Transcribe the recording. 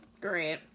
Great